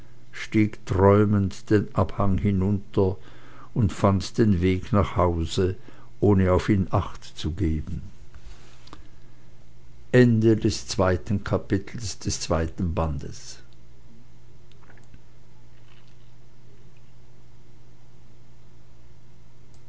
stieg träumend den abhang hinunter und fand den weg nach hause ohne auf ihn achtzugeben